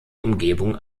umgebung